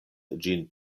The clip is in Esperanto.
ĝin